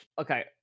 Okay